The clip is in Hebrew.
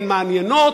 הן מעניינות.